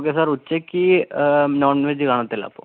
sir ഉച്ചയ്ക്ക് non veg കാണത്തില്ല അപ്പോൾ